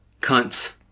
Cunts